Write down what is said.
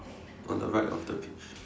on the right of the peach